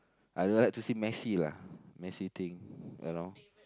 I don't like to see messy lah messy thing you know